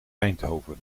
eindhoven